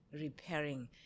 repairing